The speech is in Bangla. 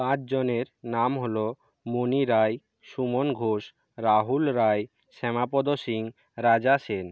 পাঁচজনের নাম হলো মণি রায় সুমন ঘোষ রাহুল রায় শ্যামাপদ সিং রাজা সেন